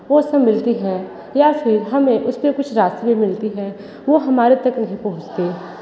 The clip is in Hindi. वो सब मिलती हैं या फिर हमें उसपे कुछ राशी भी मिलती है वो हमारे तक नहीं पहुंचती